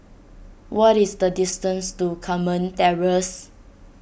what is the distance to Carmen Terrace